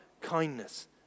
kindness